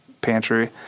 pantry